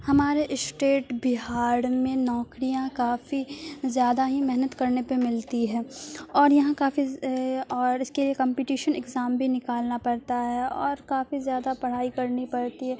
ہمارے اسٹیٹ بہار میں نوکریاں کافی زیادہ ہی محنت کرنے پہ ملتی ہے اور یہاں کافی اور اس کے لیے کمپٹیشن ایگزام بھی نکالنا پڑتا ہے اور کافی زیادہ پڑھائی کرنی پڑتی ہے